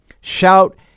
Shout